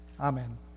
Amen